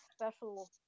special